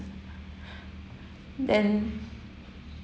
then